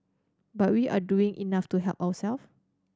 but we are doing enough to help ourself